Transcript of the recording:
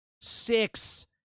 Six